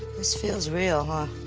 this feels real, huh?